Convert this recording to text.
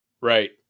right